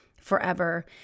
forever